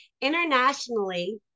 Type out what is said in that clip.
internationally